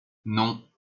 non